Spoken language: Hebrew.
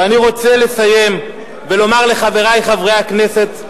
ואני רוצה לסיים ולומר לחברי חברי הכנסת,